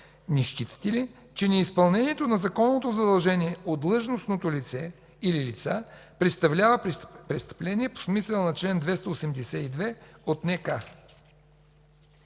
не считате ли, че неизпълнението на законното задължение от длъжностното лице или лица, представлява престъпление по смисъла на чл. 282 от